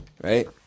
right